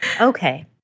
Okay